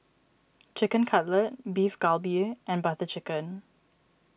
Chicken Cutlet Beef Galbi and Butter Chicken